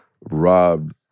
robbed